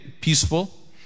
peaceful